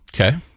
Okay